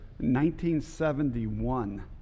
1971